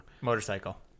Motorcycle